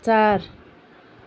चार